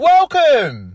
Welcome